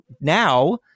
now